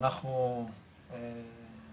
שאנחנו באמת